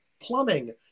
plumbing